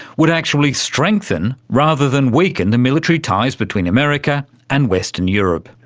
would actually strengthen rather than weaken the military ties between america and western europe.